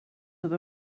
are